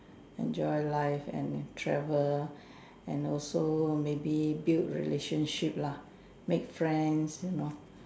enjoy life and travel and also maybe build relationship lah make friends you know